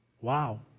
Wow